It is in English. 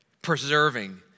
Preserving